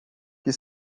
que